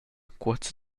cuoza